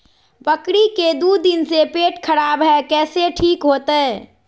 बकरी के दू दिन से पेट खराब है, कैसे ठीक होतैय?